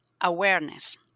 awareness